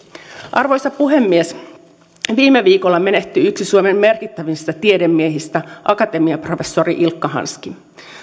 arvoisa puhemies viime viikolla menehtyi yksi suomen merkittävimmistä tiedemiehistä akatemiaprofessori ilkka hanski